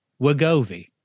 wagovi